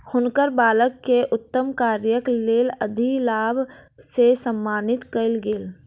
हुनकर बालक के उत्तम कार्यक लेल अधिलाभ से सम्मानित कयल गेल